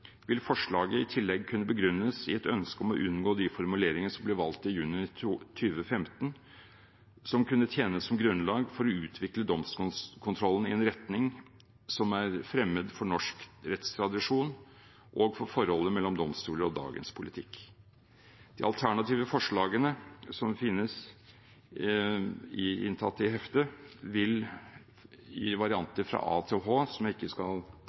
vil forslaget i tillegg kunne begrunnes i et ønske om å unngå at de formuleringer som ble valgt i juni 2015, kunne tjene som grunnlag for å utvikle domstolskontrollen i en retning som er fremmed for norsk rettstradisjon og for forholdet mellom domstoler og dagens politikk. De alternative forslagene, som finnes inntatt i heftet i varianter fra A til H, og som jeg ikke skal